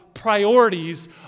Priorities